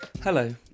Hello